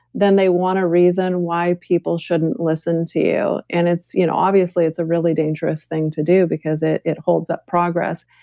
then they want a reason why people shouldn't listen to you. and you know obviously, it's a really dangerous thing to do because it it holds up progress.